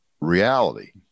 reality